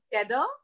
together